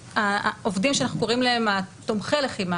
העובדים שאנחנו קוראים להם "תומכי הלחימה".